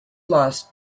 lost